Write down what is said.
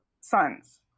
sons